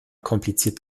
kompliziert